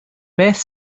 beth